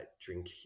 drink